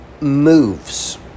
moves